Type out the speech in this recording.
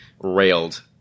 railed